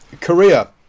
Korea